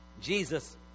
Jesus